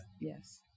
Yes